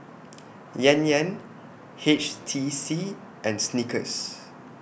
Yan Yan H T C and Snickers